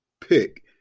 pick